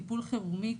טיפול חירומי,